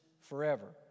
forever